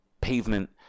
pavement